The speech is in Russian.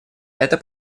это